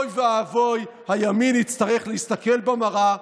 אוי ואבוי, הימין יצטרך להסתכל במראה.